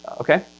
Okay